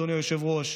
אדוני היושב-ראש,